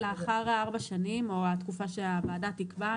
לאחר ארבע שנים או התקופה שהוועדה תקבע,